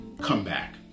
comeback